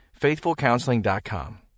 FaithfulCounseling.com